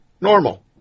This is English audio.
normal